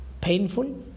painful